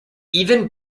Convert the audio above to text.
even